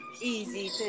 easy